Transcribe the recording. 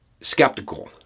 skeptical